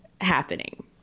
happening